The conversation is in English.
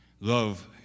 love